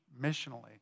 Missionally